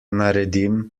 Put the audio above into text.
naredim